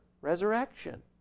resurrection